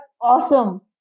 awesome